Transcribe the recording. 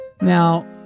Now